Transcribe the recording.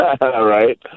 right